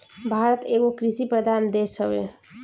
भारत एगो कृषि प्रधान देश हवे